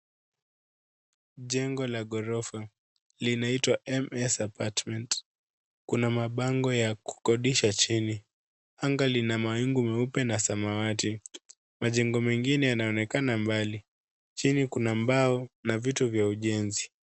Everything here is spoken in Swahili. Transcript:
Jengo la ghorofa, linaitwa MS Appartment . Kuna mabango ya kukodisha chini. Anga lina mawingu meupe na samawati. Majengo mengine yanaonekana mbali. Chini kuna mbao na vitu vya ujenzi.